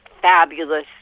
fabulous